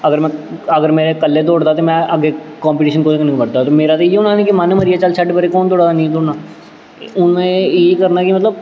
अगर में अगर में कल्ले दौड़गा ते में अग्गें कंपीटीशन कोह्दे कन्नै बटदा मेरा ते इ'यो होना निं कि मन मरी गेआ कि चल छड्ड परें कौन दौड़ा दा नेईं दौड़ना हून में एह् करनां कि मतलब